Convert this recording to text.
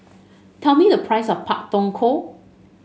tell me the price of Pak Thong Ko